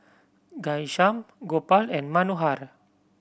Ghanshyam Gopal and Manohar